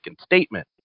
statement